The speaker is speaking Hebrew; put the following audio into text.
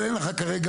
אבל אין לך כרגע,